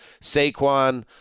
Saquon